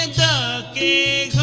da da